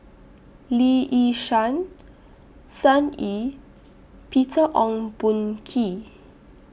Lee Yi Shyan Sun Yee Peter Ong Boon Kwee